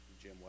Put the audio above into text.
Jim